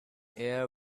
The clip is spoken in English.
air